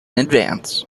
advance